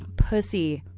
pussy,